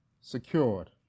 secured